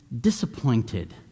disappointed